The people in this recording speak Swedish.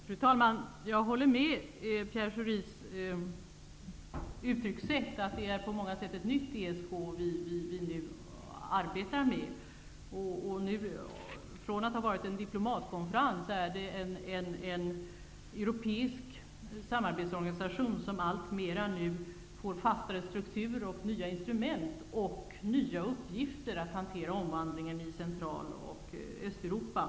Fru talman! Jag håller med Pierre Schori när han säger att det på många sätt är ett nytt ESK vi nu arbetar med. Från att ha varit en diplomatkonferens är det en europeisk samarbetsorganisation som alltmer får en fastare struktur, nya instrument och nya uppgifter att hantera i omvandlingen av Central och Östeuropa.